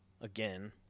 again